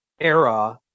era